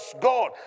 God